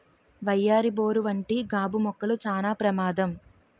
వయ్యారి బోరు వంటి గాబు మొక్కలు చానా ప్రమాదం